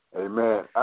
amen